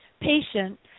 patient